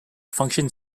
function